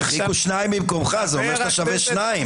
הרחיקו שניים במקומך, זה אומר שאתה שווה שניים.